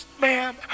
ma'am